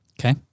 Okay